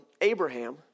Abraham